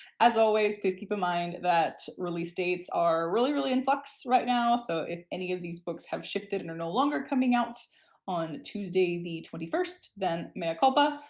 as always, please keep in mind that release dates are really, really in flux right now. so if any of these books have shifted and are no longer coming out on tuesday the twenty first then mea culpa.